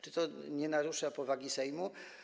Czy to nie narusza powagi Sejmu?